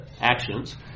Actions